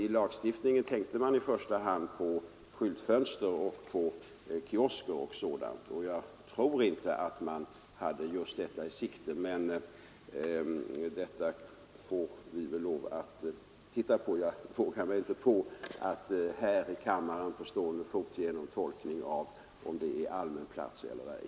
I lagstiftnigen tänkte man i första hand på skyltfönster, kiosker och sådant, och jag tror inte att man hade just snabbköpen i sikte, men detta får vi väl lov att titta på. Jag vågar mig inte på att här i kammaren på stående fot ge någon tolkning av om snabbköpsbutiker är allmän plats eller ej.